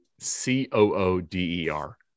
C-O-O-D-E-R